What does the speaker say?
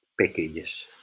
packages